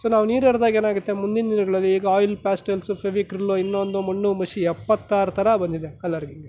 so ನಾವು ನೀರು ಎರೆದಾಗ ಏನಾಗುತ್ತೆ ಮುಂದಿನ ದಿನಗಳಲ್ಲಿ ಈಗ ಆಯಿಲ್ ಪ್ಯಾಸ್ಟಿಲ್ಸು ಫೆವಿಕ್ರಿಲು ಇನ್ನೊಂದು ಮಣ್ಣು ಮಸಿ ಎಪ್ಪತ್ತಾರು ಥರ ಬಂದಿದೆ ಕಲರ್ಗಳು